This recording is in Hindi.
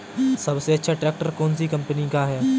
सबसे अच्छा ट्रैक्टर कौन सी कम्पनी का है?